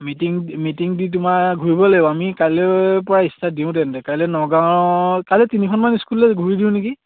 meeting meeting দি তোমাৰ ঘূৰিব লাগিব আমি কাইলেৰ পৰা ষ্টাৰ্ট দিওঁ তেন্তে কাইলে নগাঁও কাইলে তিনিখনমান স্কুললে ঘূৰি দিওঁ নেকি